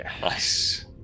Nice